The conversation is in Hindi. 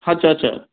अच्छा अच्छा